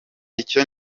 icyo